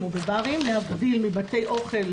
זה כמו להגיד לסגור אותו.